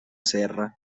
serra